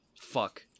Fuck